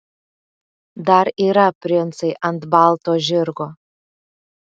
dar yra princai ant balto žirgo